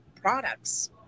products